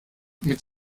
mit